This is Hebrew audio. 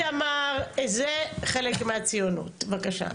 איתמר, זה חלק מהציונות, בבקשה.